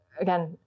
again